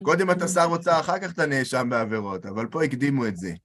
קודם אתה שם הוצא, אחר כך אתה נאשם בעבירות, אבל פה הקדימו את זה.